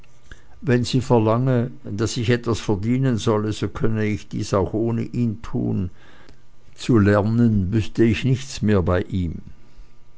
wenn sie verlange daß ich etwas verdienen solle so könne ich dies auch ohne ihn tun zu lernen wüßte ich nichts mehr bei ihm